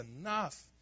enough